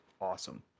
awesome